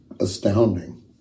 astounding